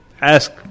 ask